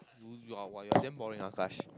!woo! ah you are damn boring Akash